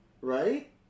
Right